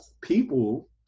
people